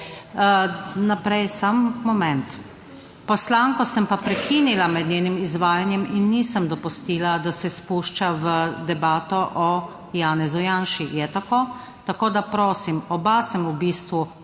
Naprej. Poslanko sem pa prekinila med njenim izvajanjem in nisem dopustila, da se spušča v debato o Janezu Janši. Je tako? Tako da prosim, oba sem v bistvu